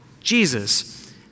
Jesus